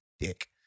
dick